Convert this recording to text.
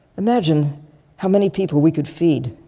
imagine how many people we could feed